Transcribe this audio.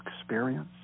experience